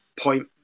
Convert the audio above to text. point